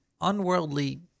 unworldly